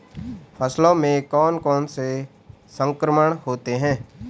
फसलों में कौन कौन से संक्रमण होते हैं?